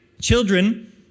children